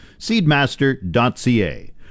Seedmaster.ca